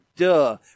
Duh